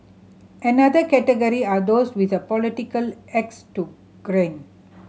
another category are those with a political axe to grind